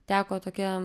teko tokia